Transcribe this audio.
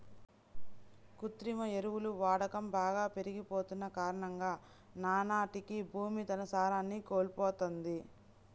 కృత్రిమ ఎరువుల వాడకం బాగా పెరిగిపోతన్న కారణంగా నానాటికీ భూమి తన సారాన్ని కోల్పోతంది